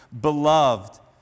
Beloved